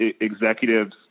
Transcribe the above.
executives